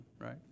right